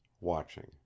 watching